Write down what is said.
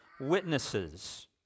witnesses